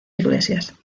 iglesias